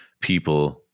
people